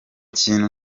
kintu